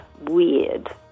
weird